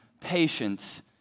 patience